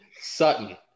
Sutton